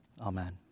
Amen